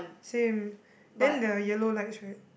same then the yellow lights right